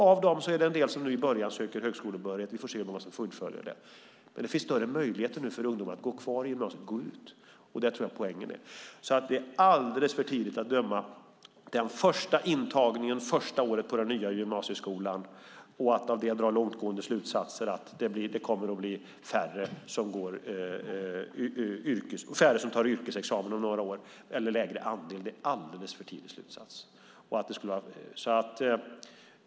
Av dem är det en del som nu i början söker högskolebehörighet. Vi får se hur många som fullföljer det. Men det finns nu större möjligheter för ungdomar att gå kvar i gymnasiet och gå ut. Där tror jag att poängen är. Det är alldeles för tidigt att döma den första intagningen det första året på den nya gymnasieskolan och att av det dra slutsatser att det blir färre som tar yrkesexamen om några år eller en lägre andel. Det är en alldeles för tidig slutsats.